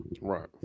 Right